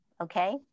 Okay